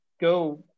go